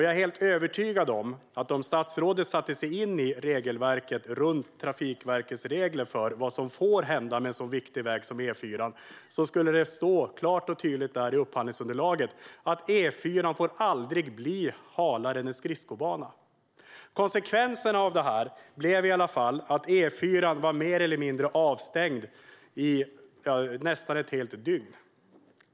Jag är helt övertygad om att om statsrådet satte sig in i Trafikverkets regler för vad som får hända med en så viktig väg som E4:an skulle det stå klart och tydligt i upphandlingsunderlaget att E4:an får aldrig bli halare än en skridskobana. Konsekvensen blev i varje fall att E4:an var mer eller mindre avstängd i nästan ett helt dygn.